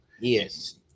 Yes